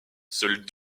seules